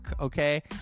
Okay